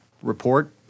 report